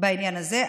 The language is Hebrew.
בעניין הזה.